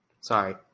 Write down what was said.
Sorry